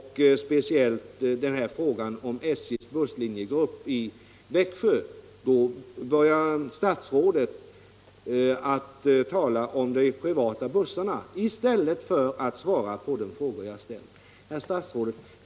I stället för att svara på de frågor jag ställt börjar då herr statsrådet att tala om de privata bussföretagen. Herr talman!